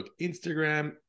Instagram